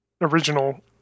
original